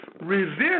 Resist